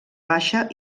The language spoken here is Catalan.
baixa